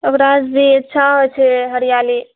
ओकरा जे छाँव छै हरिआली